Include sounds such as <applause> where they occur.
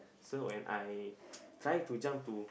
so when I <breath> <noise> try to jump to